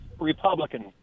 Republican